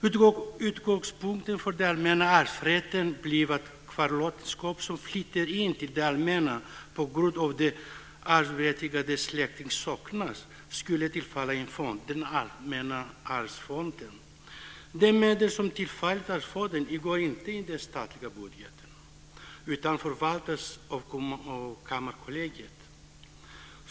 Utgångspunkten för den allmänna arvsrätten blev att kvarlåtenskap som inflyter till det allmänna på grund av att arvsberättigade släktingar saknas skulle tillfalla en fond, den allmänna arvsfonden. De medel som tillförs arvsfonden ingår inte i den statliga budgeten utan förvaltas av Kammarkollegiet.